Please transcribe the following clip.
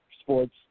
sports